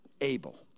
Able